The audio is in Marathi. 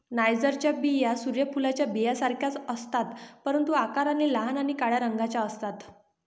नायजरच्या बिया सूर्य फुलाच्या बियांसारख्याच असतात, परंतु आकाराने लहान आणि काळ्या रंगाच्या असतात